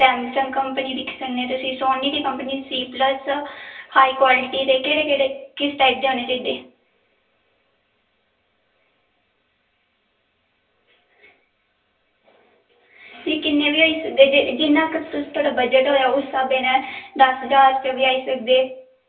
Samsung company दिक्खी सकनें तुस सोनी दी कंपनी सी प्लस हाई कवालिटी दे किस टाईप दे होनें चाही दे किन्नें बी होई सकदे जिन्नां क थुआढ़ा बज्जट होऐ उस हिसाबा नैं दल ज्हार च बी आई सकदे